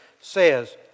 says